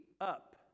up